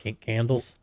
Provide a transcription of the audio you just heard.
Candles